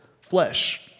flesh